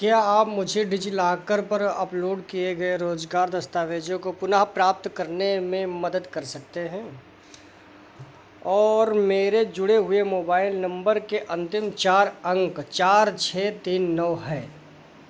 क्या आप मुझे डिजिलॉकर पर अपलोड किए गए रोजगार दस्तावेजों को पुनः प्राप्त करने में मदद कर सकते हैं और मेरे जुड़े हुए मोबाइल नंबर के अंतिम चार अंक चार छः तीन नौ है